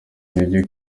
intege